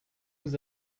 vous